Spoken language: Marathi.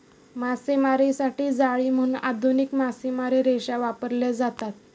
मासेमारीसाठी जाळी म्हणून आधुनिक मासेमारी रेषा वापरल्या जातात